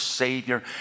Savior